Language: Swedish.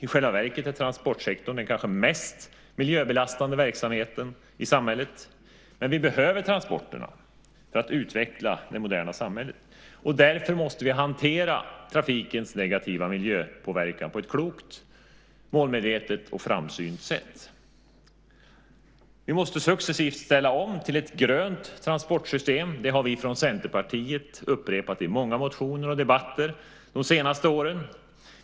I själva verket är transportsektorn den kanske mest miljöbelastande verksamheten i samhället. Men vi behöver transporterna för att utveckla det moderna samhället, och därför måste vi hantera trafikens negativa miljöpåverkan på ett klokt, målmedvetet och framsynt sätt. Vi måste successivt ställa om till ett grönt transportsystem - det har vi från Centerpartiet upprepat i många motioner och debatter de senaste åren.